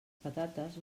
patates